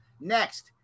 Next